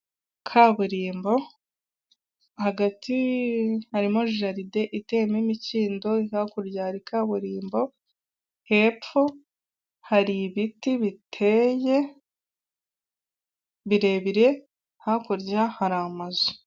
Kaburimbo hagati harimo jaride iteyemo imikindo, hakurya hari kaburimbo, hepfo hari ibiti biteye birebire, hakurya hari amazu.